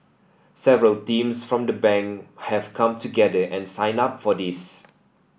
several teams from the Bank have come together and signed up for this